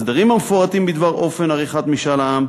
ההסדרים המפורטים בדבר אופן עריכת משאל העם,